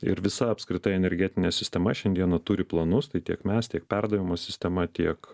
ir visa apskritai energetinė sistema šiandieną turi planus tai tiek mes tiek perdavimo sistema tiek